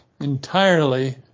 entirely